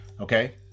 okay